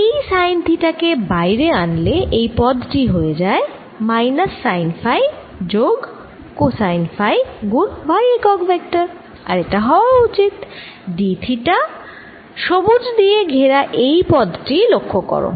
এই sine theta কে বাইরে আনলে এই পদ টি হয়ে যায় মাইনাস সাইন ফাই যোগ কোসাইন ফাই গুণ y একক ভেক্টর আর এটা হওয়া উচিত d থিটা সবুজ দিয়ে ঘেরা এই পদ টি লক্ষ্য করো